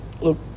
look